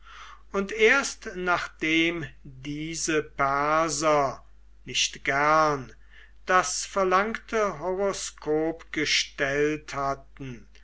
und erst nachdem diese perser nicht gern das verlangte horoskop gestellt hatten